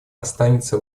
останется